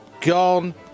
gone